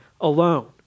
alone